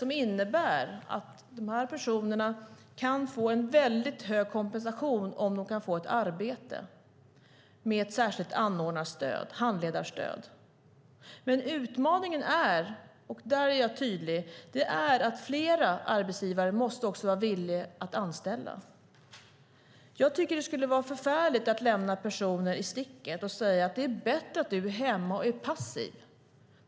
Det innebär att dessa personer kan få en väldigt hög kompensation om de kan få ett arbete med ett särskilt handledarstöd. Men utmaningen är, och där är jag tydlig, att fler arbetsgivare måste vara villiga att anställa. Det skulle vara förfärligt att lämna personer i sticket och säga: Det är bättre att du är hemma och är passiv.